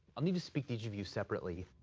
i'll need to speak to each of you separately.